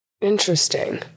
Interesting